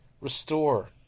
Restore